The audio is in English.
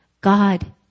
God